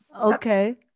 Okay